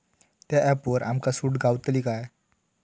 त्या ऍपवर आमका सूट गावतली काय?